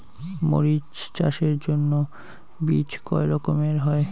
মরিচ চাষের জন্য বীজ কয় রকমের হয়?